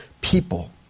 people